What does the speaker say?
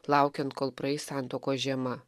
laukiant kol praeis santuokos žiema